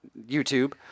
YouTube